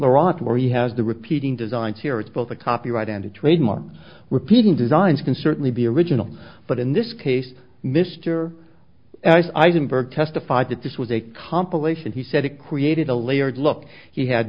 laurent where he has the repeating designs here it's both a copyright and trademark repeating designs can certainly be original but in this case mr eisenberg testified that this was a compilation he said it created a layered look he had